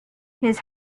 his